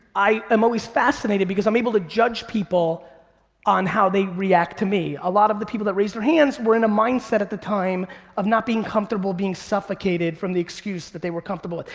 i am always fascinated because i'm able to judge people on how they react to me. a lot of the people that raised their hands were in a mindset at the time of not being comfortable being suffocated from the excuse that they were comfortable in.